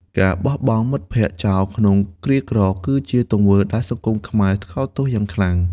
ការបោះបង់មិត្តភក្តិចោលក្នុងគ្រាក្រ គឺជាទង្វើដែលសង្គមខ្មែរថ្កោលទោសយ៉ាងខ្លាំង។